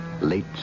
late